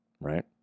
right